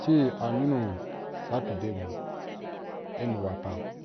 ci a nyunu saturday hun i nu wapan